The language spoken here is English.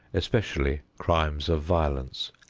especially crimes of violence.